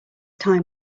time